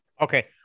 Okay